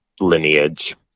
lineage